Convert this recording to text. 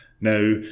Now